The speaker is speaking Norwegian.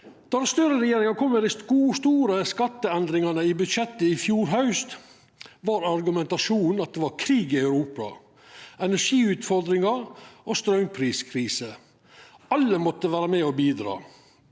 Då Støre-regjeringa kom med dei store skatteendringane i budsjettet i fjor haust, var argumentasjonen at det var krig i Europa, energiutfordringar og straumpriskrise – alle måtte vera med på å bidra.